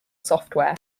software